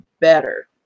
better